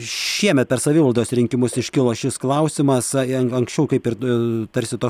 šiemet per savivaldos rinkimus iškilo šis klausimas jeigu anksčiau kaip ir tarsi tos